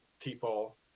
people